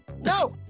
No